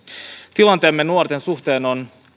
tilanteemme nuorten suhteen on